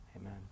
Amen